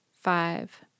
five